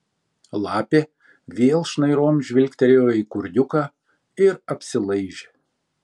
lapė vėl šnairom žvilgtelėjo į kurdiuką ir apsilaižė